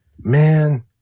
man